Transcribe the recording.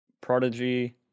Prodigy